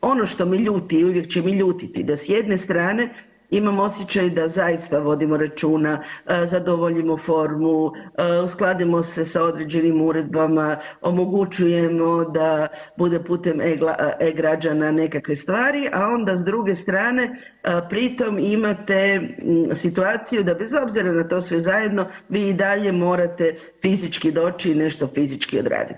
Ono što me ljuti i uvijek će me ljutiti da s jedne strane imam osjećaj da zaista vodimo računa, zadovoljimo formu, uskladimo se s određenim uredbama, omogućujemo da bude putem e-građana nekakve stvari, a onda s druge strane pri tom imate situaciju da bez obzira na to sve zajedno vi i dalje morate fizički doći i nešto fizički odradit.